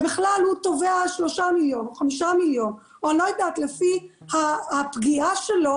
והוא בכלל תובע 3 - 5 מיליון לפי הפגיעה שלו